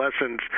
lessons